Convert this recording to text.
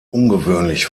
ungewöhnlich